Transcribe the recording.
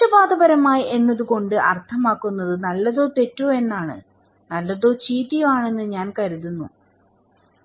പക്ഷപാതപരമായി എന്നത് കൊണ്ട് അർത്ഥമാക്കുന്നത് നല്ലതോ തെറ്റോ എന്നാണ് നല്ലതോ ചീത്തയോ ആണെന്ന് ഞാൻ കരുതുന്നു